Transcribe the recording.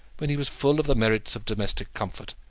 when he was full of the merits of domestic comfort,